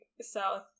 south